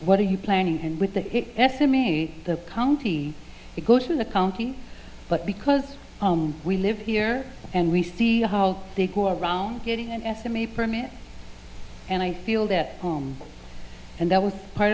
what are you planning and with the estimate the county to go to the county but because we live here and we see how they call around getting an estimate permit and i feel that home and that was part